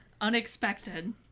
unexpected